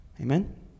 Amen